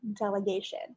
delegation